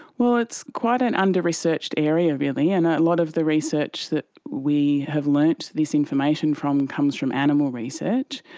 well, it's quite an under-researched area really, and a lot of the research that we have learnt this information from comes from animal research,